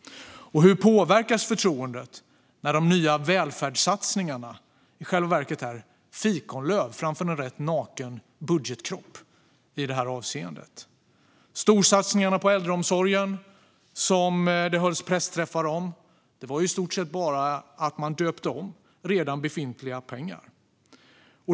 Och hur påverkas förtroendet när de nya välfärdssatsningarna i själva verket är fikonlöv framför en rätt naken budgetkropp? Storsatsningarna på äldreomsorgen, som det hölls pressträffar om, innebar i stort sett bara att man döpte om redan befintliga pengar.